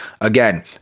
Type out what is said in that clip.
Again